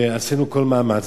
ועשינו כל מאמץ.